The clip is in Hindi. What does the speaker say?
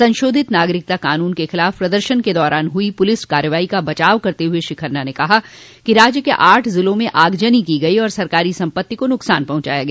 संशोधित नागरिकता कानून के खिलाफ प्रदर्शन के दौरान हुई पुलिस कार्रवाई का बचाव करते हुए श्री खन्ना ने कहा कि राज्य के आठ ज़िलों में आगजनी की गयी और सरकारी सम्पत्ति को नुकसान पहुंचाया गया